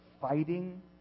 fighting